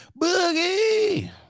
Boogie